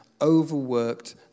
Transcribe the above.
overworked